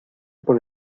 por